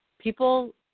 people